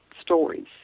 stories